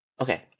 okay